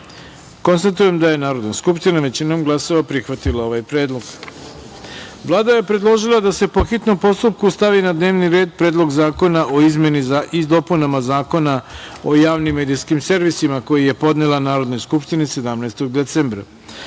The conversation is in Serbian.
poslanika. Konstatujem da je Narodna skupština većinom glasova prihvatila ovaj Predlog. Vlada je predložila da se, po hitnom postupku, stavi na dnevni red Predlog zakona o izmenama i dopunama Zakona o javnim medijskim servisima, koji je podnela Narodnoj skupštini 17. decembra